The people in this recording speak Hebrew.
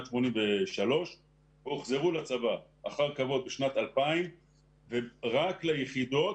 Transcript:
1983 והוחזרו לצבא אחר כבוד בשנת 2000 ורק ליחידות